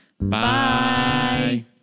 Bye